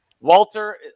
Walter